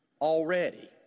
already